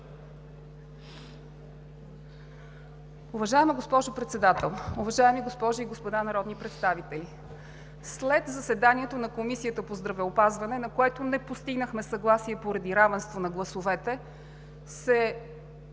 Уважаема госпожо Председател, уважаеми госпожи и господа народни представители! След заседанието на Комисията по здравеопазване, на което не постигнахме съгласие поради равенство на гласовете, се допълниха